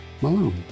Malone